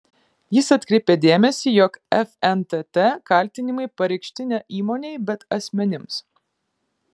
jis atkreipia dėmesį jog fntt kaltinimai pareikšti ne įmonei bet asmenims